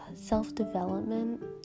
self-development